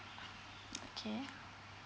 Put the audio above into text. okay